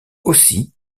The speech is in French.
aussi